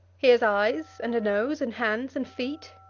he has eyes, and a nose, and hands, and feet.